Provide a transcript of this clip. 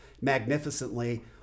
magnificently